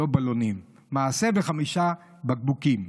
לא בלונים, מעשה בחמישה בקבוקים.